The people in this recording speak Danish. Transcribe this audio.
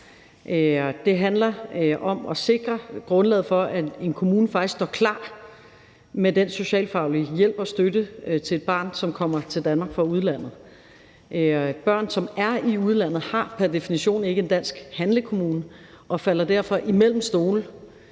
Det handler om at sikre grundlaget for, at en kommune faktisk står klar med socialfaglig hjælp og støtte til et barn, som kommer til Danmark fra udlandet. Børn, som er i udlandet, har pr. definition ikke en dansk handlekommune og falder derfor ned mellem to stole.